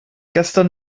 gestern